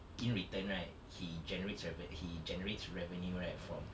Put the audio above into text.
in return right he generates reve~ he generates revenue right from